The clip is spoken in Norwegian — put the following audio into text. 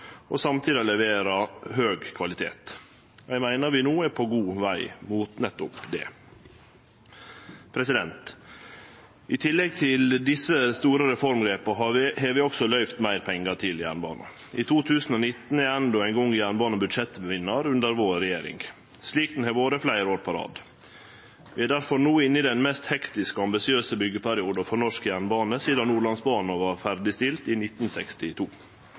og samtidig leverer høg kvalitet. Eg meiner vi no er på god veg mot nettopp det. I tillegg til desse store reformgrepa har vi også løyvd meir pengar til jernbanen. I 2019 er endå ein gong jernbanen budsjettvinnar under vår regjering, slik han har vore fleire år på rad. Vi er difor no inne i den mest hektiske og ambisiøse byggjeperioden for norsk jernbane sidan Nordlandsbanen vart ferdigstilt i 1962.